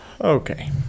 Okay